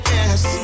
Yes